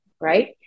right